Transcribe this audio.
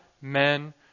men